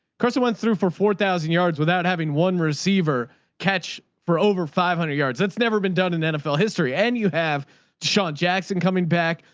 went through for four thousand yards without having one receiver catch for over five hundred yards. that's never been done in nfl history. and you have sean jackson coming back,